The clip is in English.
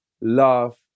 love